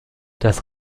das